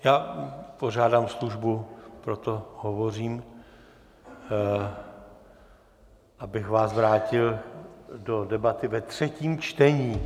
Já požádám službu, proto hovořím, abych vás vrátil do debaty ve třetím čtení.